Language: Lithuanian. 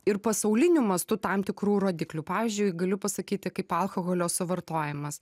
ir pasauliniu mastu tam tikrų rodiklių pavyzdžiui galiu pasakyti kaip alkoholio suvartojimas